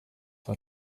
for